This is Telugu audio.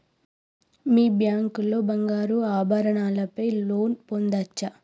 మీ బ్యాంక్ లో బంగారు ఆభరణాల పై లోన్ పొందచ్చా?